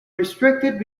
restricted